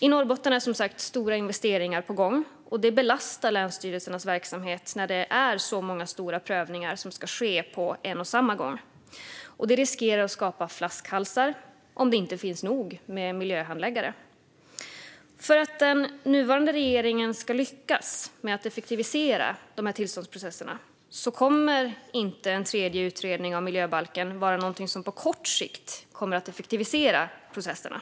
I Norrbotten är som sagt stora investeringar på gång, och det belastar länsstyrelsernas verksamhet när så många stora prövningar ska ske på en och samma gång. Det riskerar att skapa flaskhalsar om det inte finns nog med miljöhandläggare. En tredje utredning om miljöbalken är ingenting som på kort sikt kommer att göra att den nuvarande regeringen lyckas med att effektivisera tillståndsprocesserna.